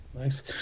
nice